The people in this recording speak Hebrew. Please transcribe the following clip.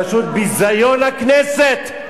פשוט ביזיון הכנסת.